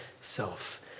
self